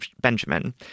Benjamin